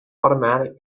automatic